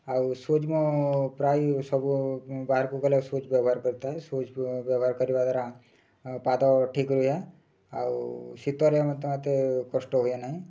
ଆଉ ସୁଜ୍ ମୁଁ ପ୍ରାୟ ସବୁ ବାହାରକୁ ଗଲେ ସୁଜ୍ ବ୍ୟବହାର କରିଥାଏ ସୁଜ୍ ବ୍ୟବହାର କରିବା ଦ୍ୱାରା ପାଦ ଠିକ୍ ରୁହେ ଆଉ ଶୀତରେ ମଧ୍ୟ ଏତେ କଷ୍ଟ ହୁଏ ନାହିଁ